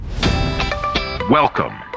Welcome